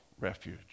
refuge